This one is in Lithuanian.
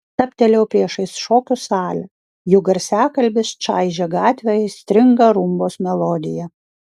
stabtelėjau priešais šokių salę jų garsiakalbis čaižė gatvę aistringa rumbos melodija